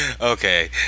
okay